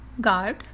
guard